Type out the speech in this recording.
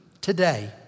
today